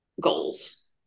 goals